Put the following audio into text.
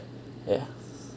ya